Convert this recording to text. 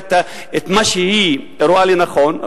את מה שהיא רואה לנכון,